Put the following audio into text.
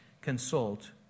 consult